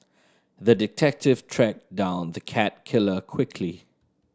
the detective tracked down the cat killer quickly